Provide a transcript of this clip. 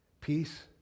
Peace